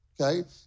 Okay